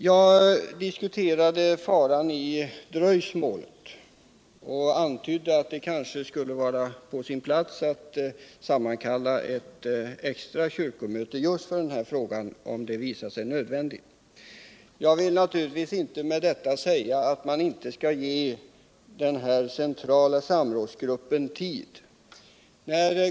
Jag diskuterade faran i dröjsmålet och antydde att det kanske skulle vara på sin plats att sammankalla ett extra kyrkomöte just för denna fråga. om det visar sig nödvändigt. Jag vill naturligtvis inte med detta säga att man inte skall ge den centrala samrådsgruppen tid.